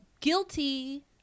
guilty